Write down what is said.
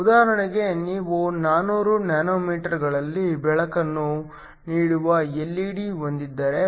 ಉದಾಹರಣೆಗೆ ನೀವು 400 ನ್ಯಾನೋಮೀಟರ್ಗಳಲ್ಲಿ ಬೆಳಕನ್ನು ನೀಡುವ ಎಲ್ಇಡಿ ಹೊಂದಿದ್ದರೆ